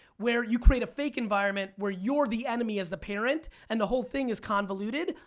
where you create a fake environment, where you're the enemy as the parent and the whole thing is convoluted.